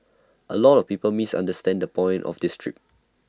A lot of people misunderstand the point of this trip